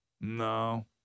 No